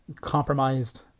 compromised